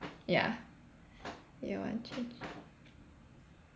ya year one change